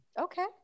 Okay